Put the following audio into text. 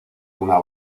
una